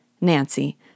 Nancy